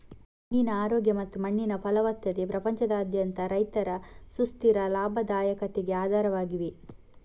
ಮಣ್ಣಿನ ಆರೋಗ್ಯ ಮತ್ತು ಮಣ್ಣಿನ ಫಲವತ್ತತೆ ಪ್ರಪಂಚದಾದ್ಯಂತ ರೈತರ ಸುಸ್ಥಿರ ಲಾಭದಾಯಕತೆಗೆ ಆಧಾರವಾಗಿದೆ